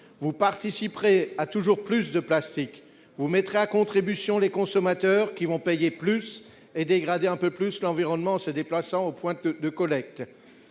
Vous participerez à toujours plus de plastique. Vous mettrez à contribution les consommateurs, qui vont payer plus et dégrader un peu plus l'environnement en se déplaçant aux points de collecte.